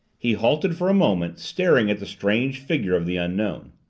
he halted for a moment, staring at the strange figure of the unknown.